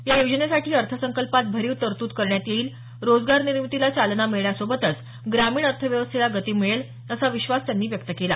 या योजनेसाठी अर्थसंकल्पात भरीव तरतूद करण्यात येईल रोजगार निर्मितीला चालना मिळण्यासोबतच ग्रामीण अर्थव्यवस्थेला गती मिळेल असा विश्वास त्यांनी व्यक्त केला